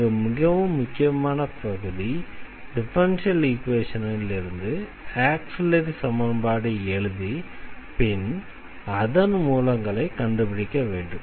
இங்கு மிகவும் முக்கியமான பகுதி டிஃபரன்ஷியல் ஈக்வேஷனிலிருந்து ஆக்ஸிலரி சமன்பாடு எழுதி பின் அதன் மூலங்களை கண்டுபிடிக்க வேண்டும்